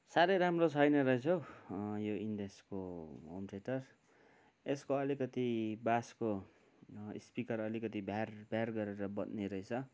साह्रै राम्रो छैन रहेछ हो यो इन्टेक्सको होम थिएटर यसको अलिकति बासको स्पिकर अलिकति भ्यार्र भ्यार्र गरेर बज्ने रहेछ